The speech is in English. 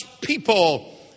people